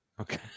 Okay